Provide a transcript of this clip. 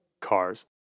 cars